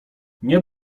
nie